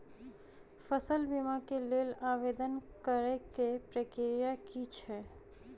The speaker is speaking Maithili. फसल बीमा केँ लेल आवेदन करै केँ प्रक्रिया की छै?